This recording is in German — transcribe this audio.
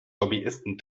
lobbyisten